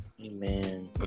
Amen